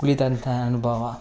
ಕುಳಿತಂತಹ ಅನುಭವ